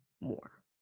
more